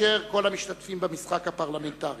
כאשר כל המשתתפים במשחק הפרלמנטרי